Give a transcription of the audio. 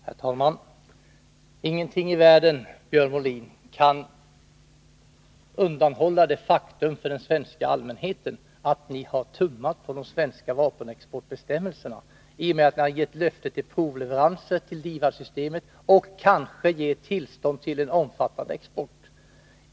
Herr talman! Ingenting i världen, Björn Molin, kan undanhålla den svenska allmänheten det faktum att ni har tummat på de svenska vapenexportbestämmelserna i och med att ni har gett ett löfte om provleveranser till DIVAD-systemet och kanske kommer att ge tillstånd till en omfattande export.